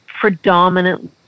predominantly